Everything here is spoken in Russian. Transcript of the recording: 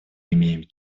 имеем